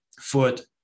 foot